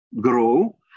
grow